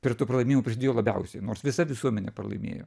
prie to pralaimėjo pridėjo labiausiai nors visa visuomenė pralaimėjo